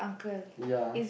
ya